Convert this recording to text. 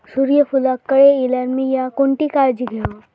सूर्यफूलाक कळे इल्यार मीया कोणती काळजी घेव?